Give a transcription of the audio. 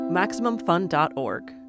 MaximumFun.org